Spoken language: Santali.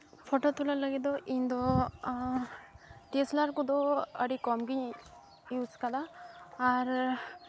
ᱯᱷᱚᱴᱳ ᱛᱩᱞᱟᱹᱣ ᱞᱟᱹᱜᱤᱫ ᱫᱚ ᱤᱧ ᱫᱚ ᱰᱤᱭᱮᱹᱥᱮᱞᱟᱨ ᱠᱚᱫᱚ ᱟᱹᱰᱤ ᱠᱚᱢ ᱜᱤᱧ ᱤᱭᱩᱡᱽ ᱠᱟᱫᱟ ᱟᱨ